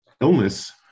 illness